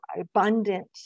abundant